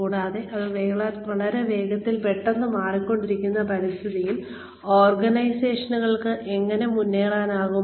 കൂടാതെ വളരെ വേഗത്തിൽ വളരെ പെട്ടെന്നു മാറിക്കൊണ്ടിരിക്കുന്ന പരിതസ്ഥിതിയിൽ ഓർഗനൈസേഷനുകൾക്ക് എങ്ങനെ മുന്നേറാനാകും